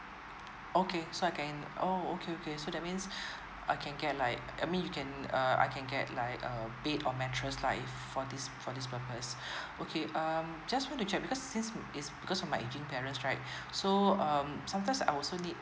okay so I can orh okay okay so that means I can get like I mean you can uh I can get like a bed or mattress lah if for this for this purpose okay um just want to check because since is because of my aging parents right so um sometimes I also need